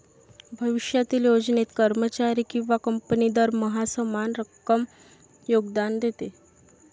भविष्यातील योजनेत, कर्मचारी किंवा कंपनी दरमहा समान रक्कम योगदान देते